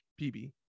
pb